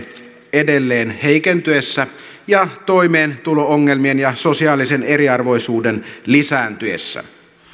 edelleen heikentyessä ja toimeentulo ongelmien ja sosiaalisen eriarvoisuuden lisääntyessä